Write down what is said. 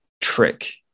trick